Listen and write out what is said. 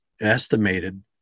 estimated